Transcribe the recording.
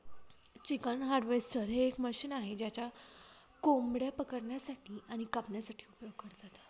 chicken harvester हे एक machine आहे ज्याचा कोंबड्या पकडण्यासाठी आणि कापण्यासाठी उपयोग करतात